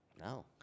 No